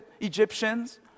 Egyptians